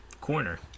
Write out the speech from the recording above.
corner